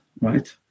right